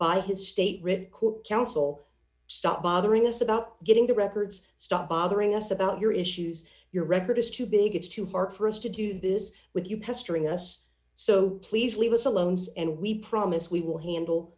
by his state record counsel stop bothering us about getting ringback the records stop bothering us about your issues your record is too big it's too hard for us to do this with you pestering us so please leave us alone and we promise we will handle